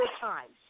times